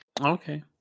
okay